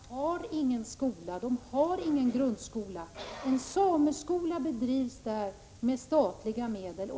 Herr talman! Byn Lannavaara har ingen skola. De har ingen grundskola. En sameskola drivs där med statliga medel.